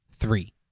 three